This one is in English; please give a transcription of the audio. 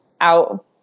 out